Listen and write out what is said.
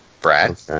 Brad